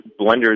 blenders